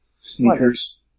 Sneakers